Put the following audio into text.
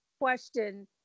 question